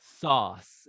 sauce